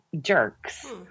jerks